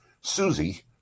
Susie